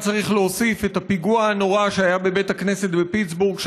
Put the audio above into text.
צריך להוסיף את הפיגוע הנורא שהיה בבית הכנסת בפיטסבורג,